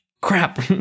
crap